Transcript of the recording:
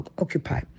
occupy